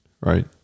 Right